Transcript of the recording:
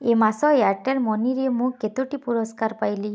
ଏ ମାସ ଏୟାର୍ଟେଲ୍ ମନିରେ ମୁଁ କେତୋଟି ପୁରସ୍କାର ପାଇଲି